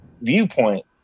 viewpoint